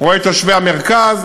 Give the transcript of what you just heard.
רואה את תושבי המרכז,